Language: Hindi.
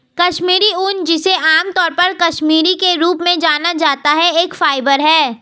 कश्मीरी ऊन, जिसे आमतौर पर कश्मीरी के रूप में जाना जाता है, एक फाइबर है